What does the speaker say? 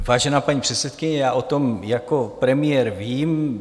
Vážená paní předsedkyně, já o tom jako premiér vím.